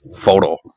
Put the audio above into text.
photo